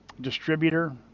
distributor